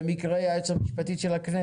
במקרה היא גם היועצת המשפטית של הכנסת,